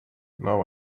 now